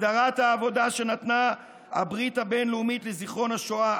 הגדרת העבודה שנתנה הברית הבין-לאומית לזיכרון השואה,